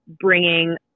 bringing